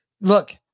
Look